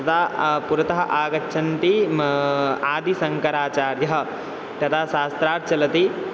तदा पुरतः आगच्छन्ति मा आदिशङ्कराचार्यः तदा शास्त्रार्थः चलति